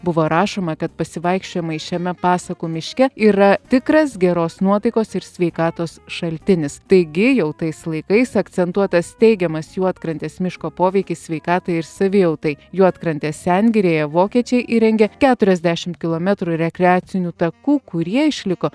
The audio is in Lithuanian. buvo rašoma kad pasivaikščiojimai šiame pasakų miške yra tikras geros nuotaikos ir sveikatos šaltinis taigi jau tais laikais akcentuotas teigiamas juodkrantės miško poveikis sveikatai ir savijautai juodkrantės sengirėje vokiečiai įrengė keturiasdešim kilometrų rekreacinių takų kurie išliko